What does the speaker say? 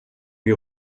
die